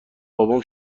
بابام